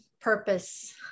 purpose